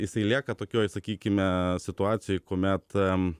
jisai lieka tokioj sakykime situacijoj kuomet